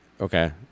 Okay